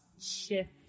shift